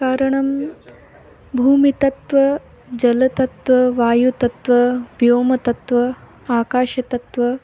कारणं भूमितत्त्वं जलतत्त्वं वायुतत्त्वं व्योमतत्त्वम् आकाशतत्त्वम्